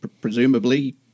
presumably